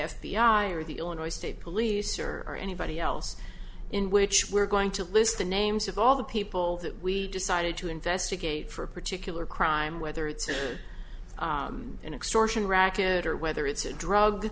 i or the illinois state police or anybody else in which we're going to list the names of all the people that we decided to investigate for a particular crime whether it's an extortion racket or whether it's a drug